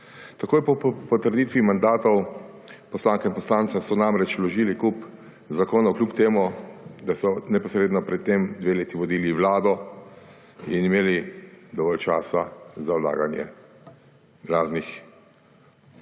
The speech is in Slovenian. Takoj po potrditvi mandatov poslank in poslancev so namreč vložili kup zakonov, kljub temu da so neposredno pred tem dve leti vodili vlado in imeli dovolj časa za vlaganje raznih